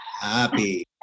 happy